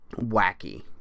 wacky